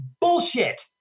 Bullshit